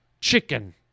chicken